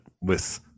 with-